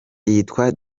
yitwa